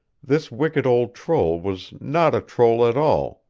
this wicked old troll was not a troll at all,